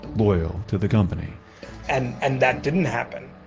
loyal to the company and and that didn't happen